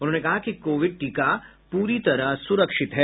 उन्होंने कहा कि कोविड टीका पूरी तरह सुरक्षित है